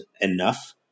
enough